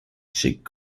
chick